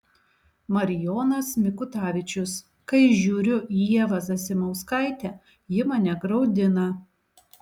marijonas mikutavičius kai žiūriu į ievą zasimauskaitę ji mane graudina